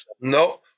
No